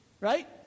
Right